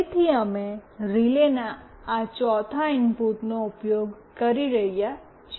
તેથી અમે આ રિલેના આ ચોથા ઇનપુટનો ઉપયોગ કરી રહ્યા છીએ